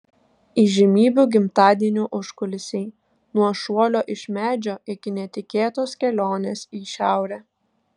įžymybių gimtadienių užkulisiai nuo šuolio iš medžio iki netikėtos kelionės į šiaurę